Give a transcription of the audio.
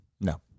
No